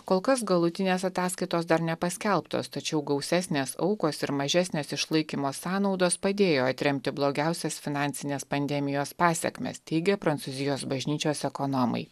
kol kas galutinės ataskaitos dar nepaskelbtos tačiau gausesnės aukos ir mažesnės išlaikymo sąnaudos padėjo atremti blogiausias finansines pandemijos pasekmes teigia prancūzijos bažnyčios ekonomai